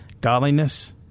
godliness